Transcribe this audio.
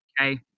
okay